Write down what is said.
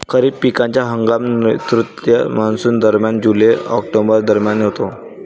खरीप पिकांचा हंगाम नैऋत्य मॉन्सूनदरम्यान जुलै ऑक्टोबर दरम्यान होतो